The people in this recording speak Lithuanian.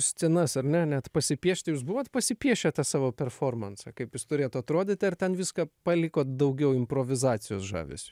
scenas ar ne net pasipiešti jūs buvot pasipiešę tą savo performansą kaip jis turėtų atrodyti ar ten viską palikot daugiau improvizacijos žavesiui